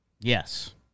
Yes